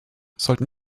sollten